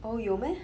oh 有 meh